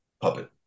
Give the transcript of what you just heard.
puppet